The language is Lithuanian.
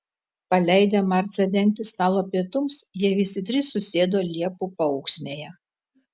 paleidę marcę dengti stalo pietums jie visi trys susėdo liepų paūksmėje